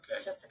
Okay